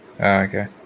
okay